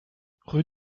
rue